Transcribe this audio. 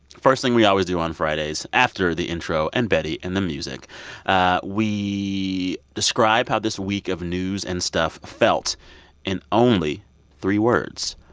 first thing we always do on fridays after the intro and betty and the music ah we describe how this week of news and stuff felt in only three words.